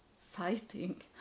fighting